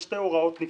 יש שתי הוראות נפרדות.